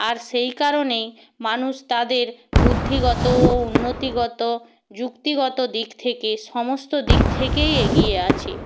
আর সেই কারণেই মানুষ তাদের বুদ্ধিগত ও উন্নতিগত যুক্তিগত দিক থেকে সমস্ত দিক থেকেই এগিয়ে আছে